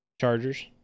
Chargers